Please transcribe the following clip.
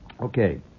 okay